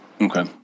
Okay